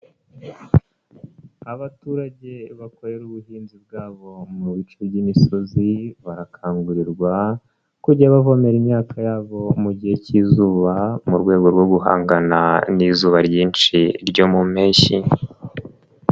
Abaturage bakorera ubuhinzi bwabo mu bice by'imisozi barakangurirwa kujya bavomera imyaka yabo mu gihe cy'izuba mu rwego rwo guhangana n'izuba ryinshi ryo mu mpeshyi.